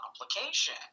complication